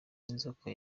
inzoka